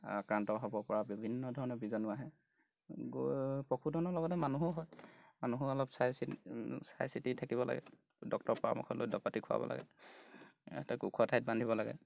আক্ৰান্ত হ'ব পৰা বিভিন্ন ধৰণৰ বীজাণু আহে পশুধনৰ লগতে মানুহো হয় মানুহো অলপ চাই চিটি চাই চিতি থাকিব লাগে ডক্তৰ পৰামৰ্শ লৈ দৰৱ পাতি খুৱাব লাগে ইহঁতক ওখ ঠাইত বান্ধিব লাগে